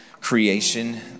creation